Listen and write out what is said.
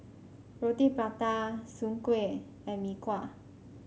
Roti Prata Soon Kueh and Mee Kuah